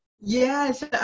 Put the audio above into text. Yes